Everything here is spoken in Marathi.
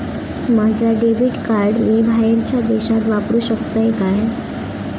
माझा डेबिट कार्ड मी बाहेरच्या देशात वापरू शकतय काय?